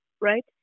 right